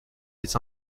est